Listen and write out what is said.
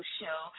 show